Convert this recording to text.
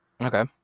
Okay